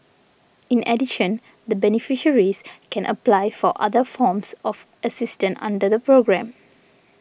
in addition the beneficiaries can apply for other forms of assistance under the programme